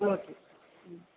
okay ம்